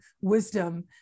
wisdom